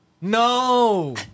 No